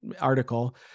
article